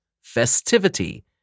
festivity